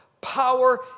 power